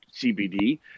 CBD